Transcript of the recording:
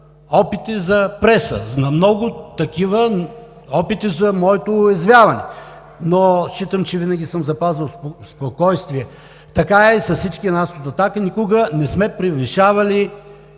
опити за преса, на много такива опити за моето уязвяване, но считам, че винаги съм запазвал спокойствие. Така е и с всички нас от „Атака“ – никога не сме превишавали